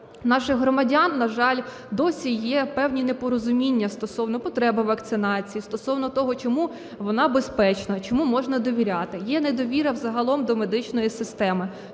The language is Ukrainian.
наших громадян, на жаль, досі є певні непорозуміння стосовно потреби вакцинації, стосовно того, чому вона безпечна, чому можна довіряти. Є недовіра загалом до медичної системи.